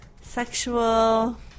sexual